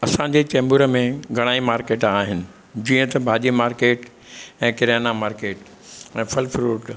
असांजे चेंबूर में घणाई मार्केट आहिनि जीअं त भाॼी मार्केट ऐं किरियाणा मार्केट ऐं फल फ्रुट